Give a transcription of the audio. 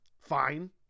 fine